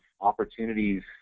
opportunities